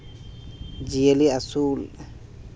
ᱡᱤᱭᱟᱹᱞᱤ ᱟᱹᱥᱩᱞ